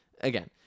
Again